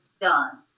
done